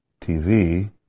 TV